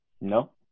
No